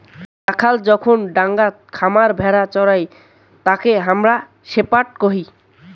রাখাল যখন ডাঙাত খামার ভেড়া চোরাই তাকে হামরা শেপার্ড কহি